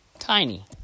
Tiny